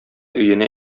өенә